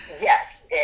Yes